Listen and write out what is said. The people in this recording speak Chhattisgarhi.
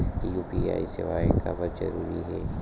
यू.पी.आई सेवाएं काबर जरूरी हे?